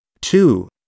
Two